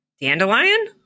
Dandelion